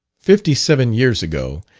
fifty-seven years ago,